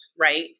right